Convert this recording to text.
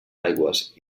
aigües